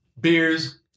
Beers